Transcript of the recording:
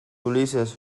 ulises